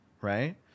right